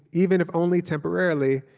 even if only temporarily,